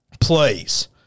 please